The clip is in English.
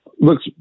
looks